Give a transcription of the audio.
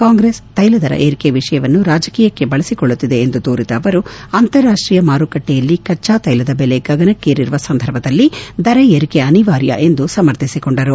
ಕಾಂಗ್ರೆಸ್ ತೈಲ ದರ ಏರಿಕೆ ವಿಷಯವನ್ನು ರಾಜಕೀಯಕ್ಕೆ ಬಳಸಿಕೊಳ್ಳುತ್ತಿದೆ ಎಂದು ದೂರಿದ ಅವರು ಅಂತಾರಾಷ್ಷೀಯ ಮಾರುಕಟ್ವೆಯಲ್ಲಿ ಕಚ್ಚಾ ತೈಲದ ಬೆಲೆ ಗಗನಕ್ಕೇರಿರುವ ಸಂದರ್ಭದಲ್ಲಿ ದರ ಏರಿಕೆ ಅನಿವಾರ್ಯ ಎಂದು ಅವರು ಸಮರ್ಥಿಸಿಕೊಂಡರು